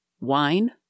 wine